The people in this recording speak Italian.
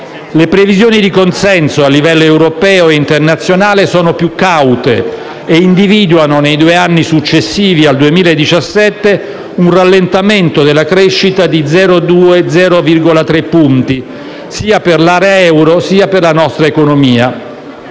Le previsioni di consenso a livello europeo e internazionale sono più caute e individuano nei due anni successivi al 2107 un rallentamento della crescita di 0,2-0,3 punti percentuali sia per l'area euro sia per la nostra economia.